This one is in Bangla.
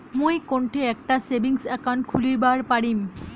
মুই কোনঠে একটা সেভিংস অ্যাকাউন্ট খুলিবার পারিম?